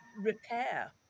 repair